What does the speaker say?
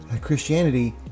christianity